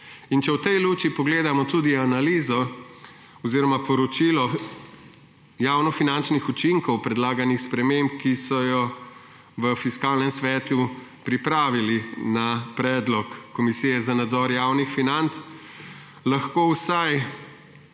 In če v tej luči pogledamo tudi analizo oziroma poročilo javnofinančnih učinkov predlaganih sprememb, ki so jo v Fiskalnem svetu pripravili na predlog Komisije za nadzor javnih financ, lahko vsaj